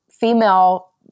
female